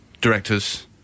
directors